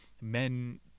Men